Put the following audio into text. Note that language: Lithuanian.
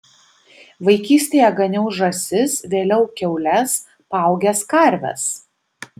vaikystėje ganiau žąsis vėliau kiaules paaugęs karves